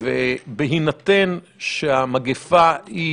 ובהינתן שהמגפה היא